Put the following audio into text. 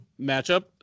matchup